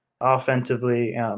Offensively